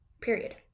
period